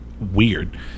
weird